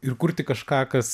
ir kurti kažką kas